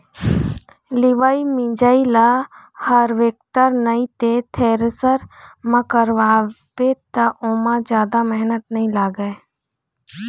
लिवई मिंजई ल हारवेस्टर नइ ते थेरेसर म करवाबे त ओमा जादा मेहनत नइ लागय